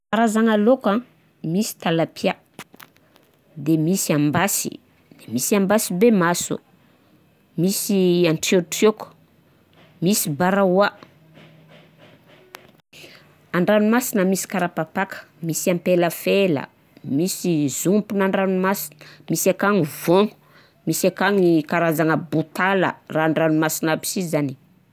Karazagna lôka an: misy talapia, de misy ambasy, de misy ambasy be maso, misy antriotrioko, misy barawa; an-dranomasina: misy karapapaka, misy ampelafela, misy zompina an-dranomasina, misy akagny vôgno, misy akagny karazagna bontala, raha an-dranomasina aby si zany.